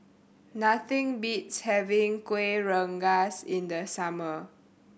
nothing beats having Kuih Rengas in the summer